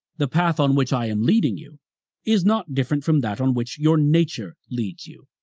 the path on which i am leading you is not different from that on which your nature leads you.